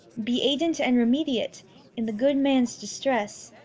be aidant and remediate in the good man's distress!